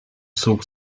zog